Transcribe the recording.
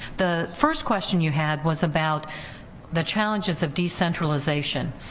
the first question you had was about the challenges of decentralization